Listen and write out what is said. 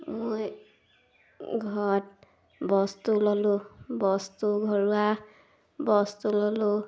মই ঘৰত বস্তু ল'লোঁ বস্তু ঘৰুৱা বস্তু ল'লোঁ